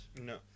No